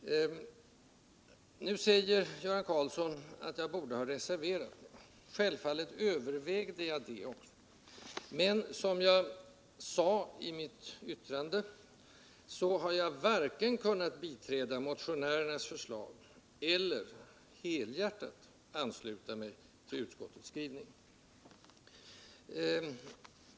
Nu säger Göran Karlsson att jag borde ha reserverat mig. Självfallet övervägde jag också det. Men som jag sade i mitt yttrande har jag varken kunnat biträda motionärernas förslag eller helhjärtat ansluta mig till utskottets skrivning.